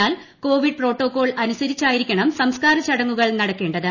എന്നാൽ Covid protocol അനുസരിച്ചായിരിക്കണം സംസ്കാര ചടങ്ങുകൾ നടക്കേണ്ടത്